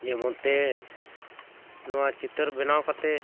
ᱡᱮᱢᱚᱱᱛᱮ ᱱᱚᱣᱟ ᱪᱤᱛᱟᱹᱨ ᱵᱮᱱᱟᱣ ᱠᱟᱛᱮᱫ